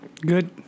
good